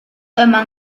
dyma